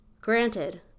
Granted